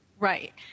Right